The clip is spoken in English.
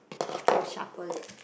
can shuffle it